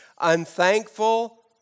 unthankful